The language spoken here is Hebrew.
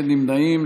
אין נמנעים.